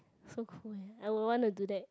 so cool eh I would want to do that